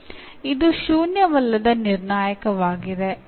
ಇದು ಶೂನ್ಯವಲ್ಲದ ನಿರ್ಣಾಯಕವಾಗಿದೆ